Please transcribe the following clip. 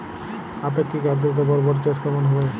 আপেক্ষিক আদ্রতা বরবটি চাষ কেমন হবে?